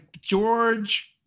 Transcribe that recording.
George